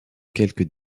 quelques